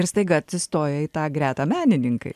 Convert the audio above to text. ir staiga atsistoja į tą gretą menininkai